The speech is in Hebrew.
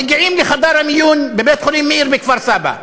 מגיעים לחדר המיון בבית-חולים מאיר בכפר-סבא.